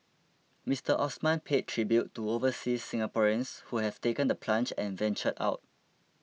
Mister Osman paid tribute to overseas Singaporeans who have taken the plunge and ventured out